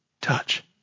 touch